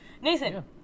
Nathan